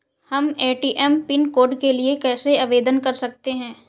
हम ATM pin code के लिए कैसे आवेदन कर सकते हैं?